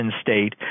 state